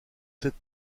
sept